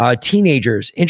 teenagers